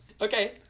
Okay